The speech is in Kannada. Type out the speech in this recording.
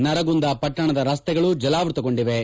ನರಗುಂದ ಪಟ್ಟಣದ ರಸ್ತೆಗಳು ಜಲಾವೃತಗೊಂಡಿವೆ